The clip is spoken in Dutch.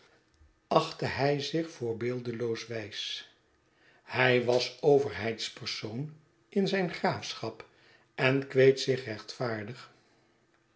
achtte hij zich voorbeeldeloos wijs hij was overheidspersoon in zijn graafschap en kweet zich rechtvaardig